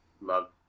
love